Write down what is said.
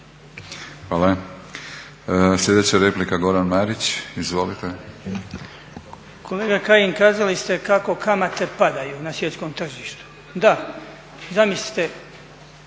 Hvala. Sljedeća replika, Goran Marić. Izvolite. **Marić, Goran (HDZ)** Kolega Kajin kazali ste kako kamate padaju na svjetskom tržištu. Da, zamislite